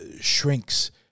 shrinks